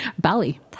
Bali